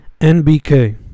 NBK